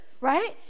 right